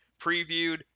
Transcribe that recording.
previewed